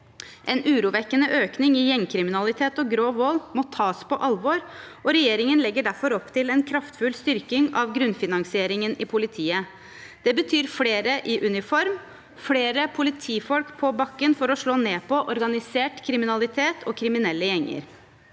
En urovekkende økning i gjengkriminalitet og grov vold må tas på alvor, og regjeringen legger derfor opp til en kraftfull styrking av grunnfinansieringen i politiet. Det betyr flere i uniform og flere politifolk på bakken for å slå ned på organisert kriminalitet og kriminelle gjenger.